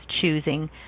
choosing